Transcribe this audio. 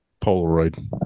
Polaroid